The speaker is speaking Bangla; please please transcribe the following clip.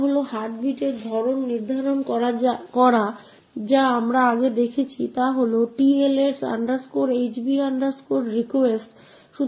এই user string তাই মূলত আমরা এখানে যা করেছি তা হল আমরা s এর এড্রেস প্রদান করেছি যেটি হল 0804a040